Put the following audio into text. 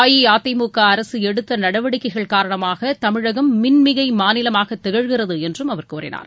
அஇஅதிமுக அரசு எடுத்த நடவடிக்கைகள் காரணமாக தமிழகம் மின்மிகை மாநிலமாக திகழ்கிறது என்றும் அவர் தெரிவித்தார்